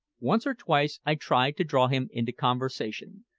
once or twice i tried to draw him into conversation,